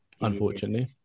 unfortunately